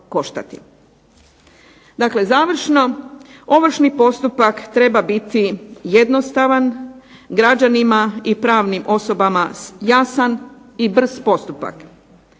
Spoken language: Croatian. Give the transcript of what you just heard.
Dakle završno. Ovršni postupak treba biti jednostavan, građanima i pravnim osobama jasan i brz postupak.